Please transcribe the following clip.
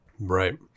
Right